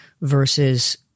versus